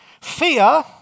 Fear